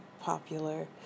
popular